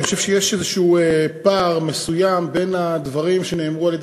אני חושב שיש איזשהו פער מסוים בין הדברים שנאמרו על-ידי